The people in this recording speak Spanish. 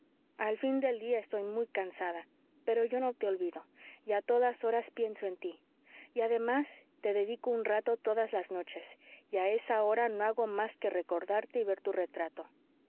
al fin del día estoy muy cansada pero yo no te olvido y a todas horas pienso en tí y además te dedico un rato todas las noches y a esa hora no hago más que recordarte y ver tu retrato